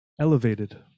elevated